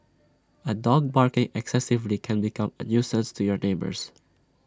A dog barking excessively can become A nuisance to your neighbours